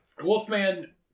Wolfman